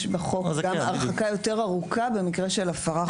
יש בחוק גם הרחקה יותר ארוכה במקרה של הפרה חוזרת.